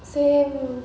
same